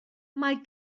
mae